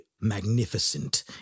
magnificent